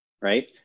Right